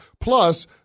Plus